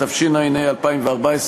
התשע"ה 2014,